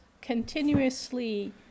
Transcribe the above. continuously